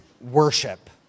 worship